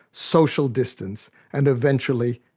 social distance and, eventually,